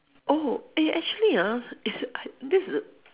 oh eh actually ah is this the